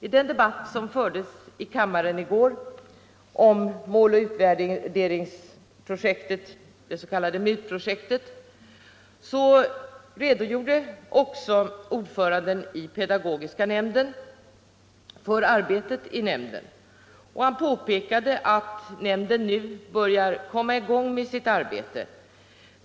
I den debatt som fördes i kammaren i går om måloch utvärderings 103 projektet, det s.k. MUT-projektet, redogjorde också ordföranden i pedagogiska nämnden för arbetet i nämnden. Han påpekade att nämnden nu börjar komma i gång med sitt arbete.